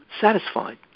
satisfied